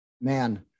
man